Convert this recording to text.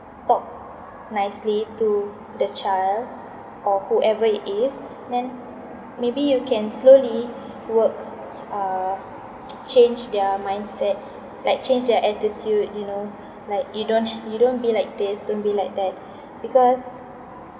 talk nicely to the child or whoever it is then maybe you can slowly work uh change their mindset like change their attitude you know like you don't ha~ you don't be like this don't be like that because